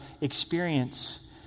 experience